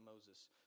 Moses